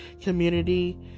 community